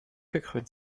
gekrönt